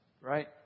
right